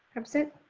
absent.